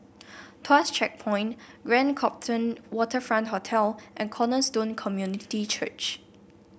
Tuas Checkpoint Grand Copthorne Waterfront Hotel and Cornerstone Community Church